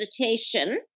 meditation